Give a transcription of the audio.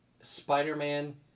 Spider-Man